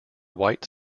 white